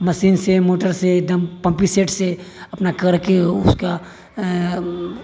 machine से motor से एकदम पम्पिंगसेट से अपना करिके उसका